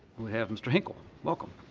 have mr. hinkle. welcome.